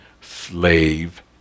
slave